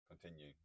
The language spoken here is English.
Continue